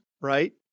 right